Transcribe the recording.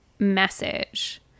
Message